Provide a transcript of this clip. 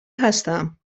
هستم